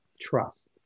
trust